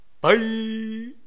Bye